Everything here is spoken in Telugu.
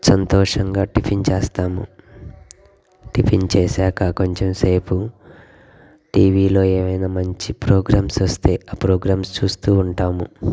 సంతోషంగా టిఫిన్ చేస్తాము టిఫిన్ చేసాక కొంచెం సేపు టీవీలో ఏమైనా మంచి ప్రోగ్రామ్స్ వస్తే ఆ ప్రోగ్రామ్స్ చూస్తూ ఉంటాము